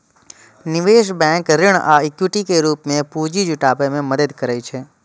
निवेश बैंक ऋण आ इक्विटी के रूप मे पूंजी जुटाबै मे मदति करै छै